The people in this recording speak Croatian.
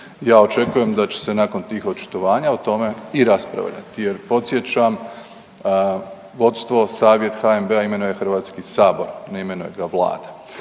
Ja očekujem da će se nakon tih očitovanja o tome i raspravljati jer podsjećam vodstvo Savjet HNB-a imenuje HS, ne imenuje ga Vlada.